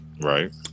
Right